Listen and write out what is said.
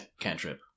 cantrip